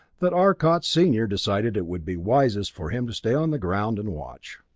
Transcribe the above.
that arcot senior decided it would be wisest for him to stay on the ground and watch.